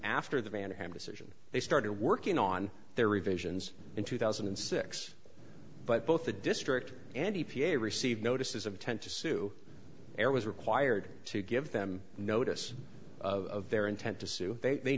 after the ban and decision they started working on their revisions in two thousand and six but both the district and e p a received notices of ten to sue err was required to give them notice of their intent to sue they